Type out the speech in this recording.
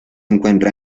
encuentra